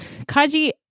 Kaji